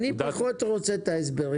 אני פחות רוצה את ההסברים.